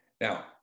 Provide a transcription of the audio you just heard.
Now